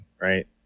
right